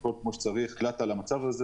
הכול כמו שצריך ופשוט נקלעת למצב הזה.